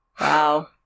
Wow